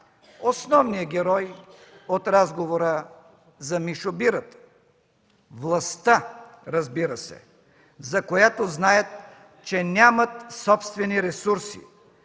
основния герой от разговора за Мишо Бирата? Властта, разбира се, за която знаят, че нямат собствени ресурси,